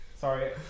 Sorry